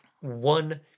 one